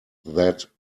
that